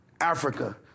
Africa